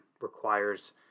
requires